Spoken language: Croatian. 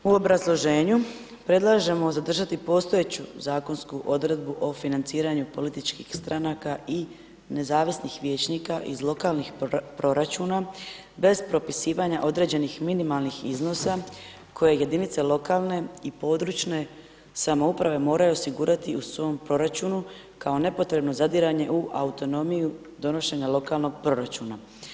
U obrazloženju predlažemo zadržati postojeću zakonsku odredbu o financiranju političkih stranaka i nezavisnih vijećnika iz lokalnih proračuna, bez propisivan ja određenih minimalnih iznosa koje jedinice lokalne i područne samouprave moraju osigurati u svom proračunu kao nepotrebno zadiranje u autonomiju donošenja lokalnog proračuna.